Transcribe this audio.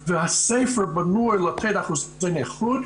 והספר בנוי לתת אחוזי נכות,